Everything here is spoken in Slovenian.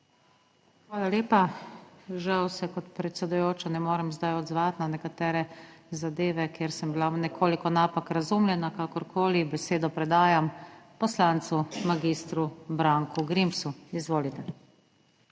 Hvala lepa. Žal se kot predsedujoča ne morem zdaj odzvati na nekatere zadeve, kjer sem bila nekoliko napak razumljena, kakorkoli, besedo predajam poslancu mag. Branku Grimsu. Izvolite.